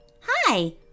Hi